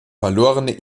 verlorene